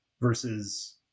versus